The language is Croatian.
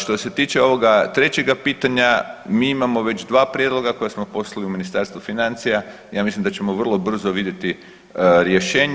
Što se tiče ovoga trećega pitanja, mi imamo već dva prijedloga koja smo poslali u Ministarstvo financija i ja mislim da ćemo vrlo brzo vidjeti rješenje.